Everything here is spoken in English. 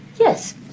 Yes